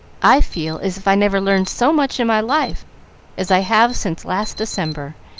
i feel as if i never learned so much in my life as i have since last december,